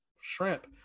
shrimp